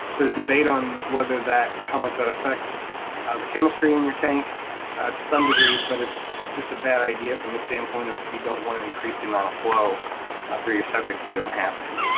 there's debate on whether that. how much that affects the chemistry in your tank to some degree, but it's just a bad idea from the standpoint of you don't wanna increase the amount of flow through your septic if you don't have to.